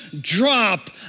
drop